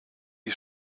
die